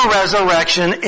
resurrection